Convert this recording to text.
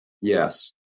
Yes